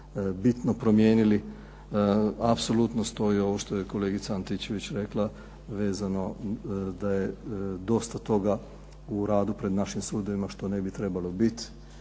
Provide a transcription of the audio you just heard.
bitno promijenili. Apsolutno stoji ono što je kolegica Antičević rekla vezano da je dosta toga u radu pred našim sudovima što ne bi trebalo biti.